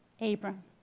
Abram